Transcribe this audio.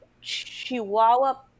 chihuahua